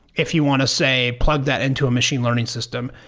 if you want to say, plug that into a machine learning system.